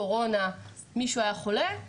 קורונה או מישהו היה חולה,